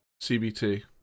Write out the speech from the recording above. CBT